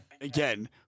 Again